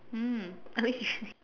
mm okay